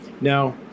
now